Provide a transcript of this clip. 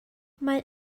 mae